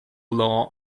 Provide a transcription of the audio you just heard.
law